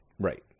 Right